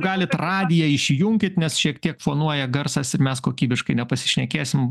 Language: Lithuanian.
galit radiją išjunkit nes šiek tiek fonuoja garsas ir mes kokybiškai nepasišnekėsim